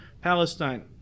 Palestine